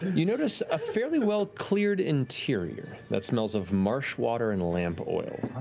you notice a fairly well-cleared interior that smells of marsh water and lamp oil.